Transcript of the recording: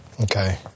Okay